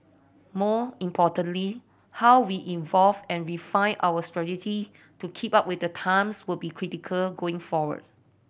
more importantly how we involve and refine our to keep up with the times will be critical going forward